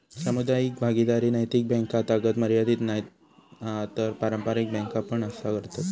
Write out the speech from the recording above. सामुदायिक भागीदारी नैतिक बॅन्कातागत मर्यादीत नाय हा तर पारंपारिक बॅन्का पण असा करतत